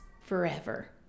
forever